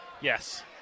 Yes